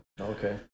okay